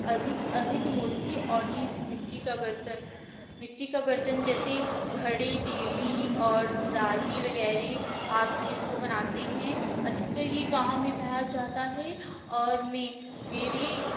अधिक अधिक मूर्ति और ये मिट्टी का बर्तन मिट्टी का बर्तन जैसे घड़ी ढीली और सुराही वगैरह हाथ से इसको बनाते हैं अधिकतर ये गाँव में पाया जाता है और में मेरी